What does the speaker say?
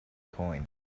coin